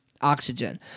oxygen